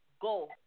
go